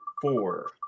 Four